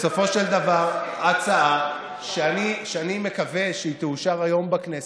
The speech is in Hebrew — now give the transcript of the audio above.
בסופו של דבר הצעה שאני מקווה שתאושר היום בכנסת,